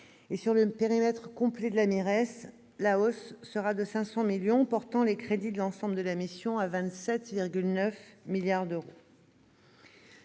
Sur le périmètre complet de la MIRES, la hausse sera de 500 millions d'euros, portant les crédits de l'ensemble de la mission à 27,9 milliards d'euros.